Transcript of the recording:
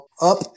up